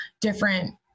different